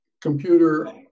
computer